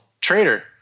trader